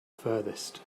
furthest